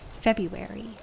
February